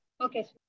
Okay